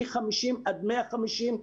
מ-50 עד 150,